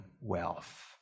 wealth